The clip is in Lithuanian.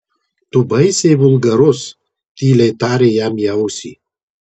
tu baisiai vulgarus tyliai tarė jam į ausį